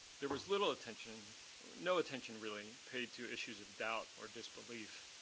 there was little attention no attention really paid to issues of doubt or disbelief,